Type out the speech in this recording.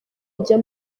ajya